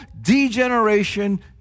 degeneration